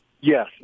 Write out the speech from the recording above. Yes